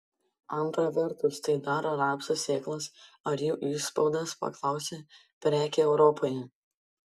antra vertus tai daro rapsų sėklas ar jų išspaudas paklausia preke europoje